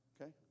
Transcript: Okay